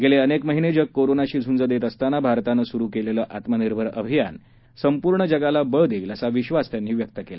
गेले अनेक महिने जग कोरोनाशी झुंज देत असाताना भारतानं सुरु केलेलं आत्मनिर्भर भारत अभियान संपूर्ण जगाला बळ देईल असा विश्वास मोदी यांनी व्यक्त केला